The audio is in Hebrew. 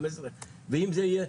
15. ואם זה יהיה,